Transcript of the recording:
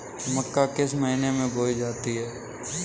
मक्का किस महीने में बोई जाती है?